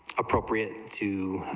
appropriate two,